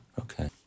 Okay